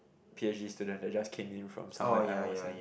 P_H_D student they just came in from somewhere else then